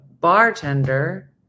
bartender